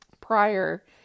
prior